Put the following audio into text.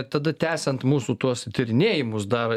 tada tęsiant mūsų tuos tyrinėjimus dar